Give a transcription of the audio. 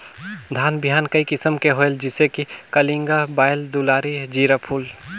धान बिहान कई किसम के होयल जिसे कि कलिंगा, बाएल दुलारी, जीराफुल?